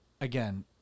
Again